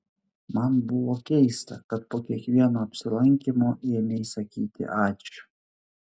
man buvo keista kad po kiekvieno apsilankymo ėmei sakyti ačiū